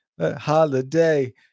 Holiday